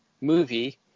movie